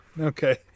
Okay